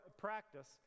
practice